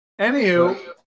Anywho